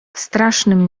strasznym